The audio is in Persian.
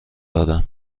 دادم